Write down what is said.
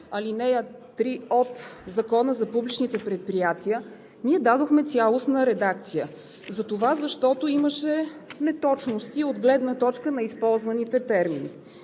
ал. 3 от Закона за публичните предприятия, ние дадохме цялостна редакция, защото имаше неточности от гледна точка на използваните термини.